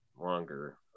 longer